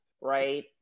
right